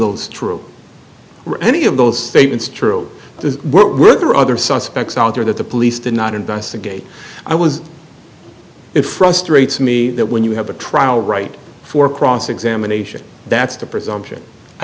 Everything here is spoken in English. those true or any of those statements true what were there other suspects out there that the police did not investigate i was it frustrates me that when you have a trial right for cross examination that's the presumption i